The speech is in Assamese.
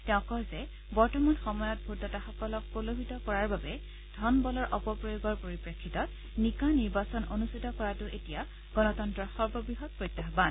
তেওঁ কয় যে বৰ্তমান সময়ত ভোটদাতাসকলক প্ৰলোভিত কৰাৰ বাবে ধনবলৰ অপ্ৰয়োগৰ পৰিপ্ৰেক্ষিতত নিকা নিৰ্বাচন অনুষ্ঠিত কৰাটো এতিয়া গণতন্তৰ সৰ্ববৃহৎ প্ৰত্যাহান